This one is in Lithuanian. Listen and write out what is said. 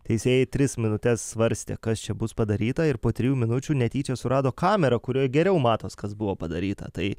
teisėjai tris minutes svarstė kas čia bus padaryta ir po trijų minučių netyčia surado kamerą kurioj geriau matos kas buvo padaryta tai